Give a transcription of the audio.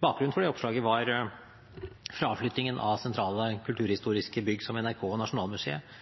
Bakgrunnen for oppslaget var fraflyttingen av sentrale kulturhistoriske bygg som NRK og Nasjonalmuseet